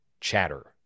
chatter